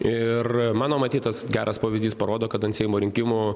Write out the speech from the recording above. ir mano matytas geras pavyzdys parodo kad ant seimo rinkimų